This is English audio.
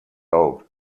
old